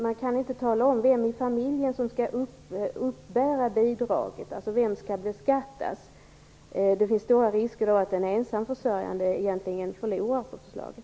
Man kan inte tala om vem i familjen som skall uppbära bidraget, dvs. vem som skall beskattas. Det finns stora risker att en ensamförsörjande egentligen förlorar på förslaget.